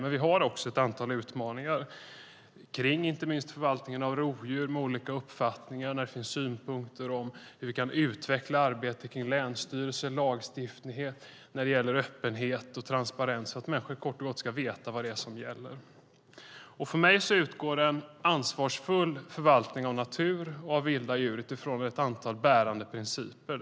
Men vi har också ett antal utmaningar kring inte minst förvaltningen av rovdjur. Det finns olika uppfattningar och synpunkter på hur vi kan utveckla arbetet kring länsstyrelser, lagstiftning, öppenhet och transparens. Människor ska kort och gott veta vad som gäller. För mig utgår en ansvarsfull förvaltning av natur och vilda djur från ett antal bärande principer.